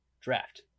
draft